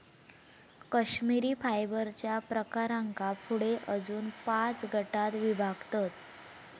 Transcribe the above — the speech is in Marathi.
कश्मिरी फायबरच्या प्रकारांका पुढे अजून पाच गटांत विभागतत